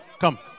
come